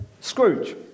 Scrooge